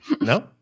No